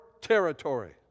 territory